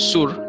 Sur